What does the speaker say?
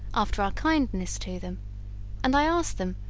after our kindness to them and i asked them,